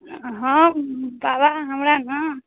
हँ बाबा हमरा ने